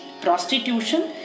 prostitution